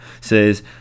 says